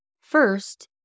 first